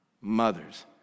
mothers